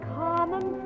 common